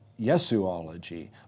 Yesuology